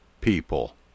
people